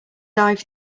dive